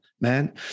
man